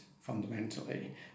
fundamentally